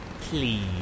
Please